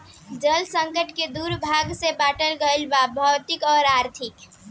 जल संकट के दू भाग में बाटल गईल बा भौतिक अउरी आर्थिक